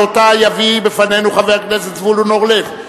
שאותה יביא בפנינו חבר הכנסת זבולון אורלב,